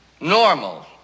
Normal